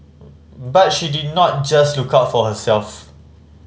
but she did not just look out for herself